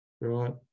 right